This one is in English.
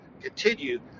continue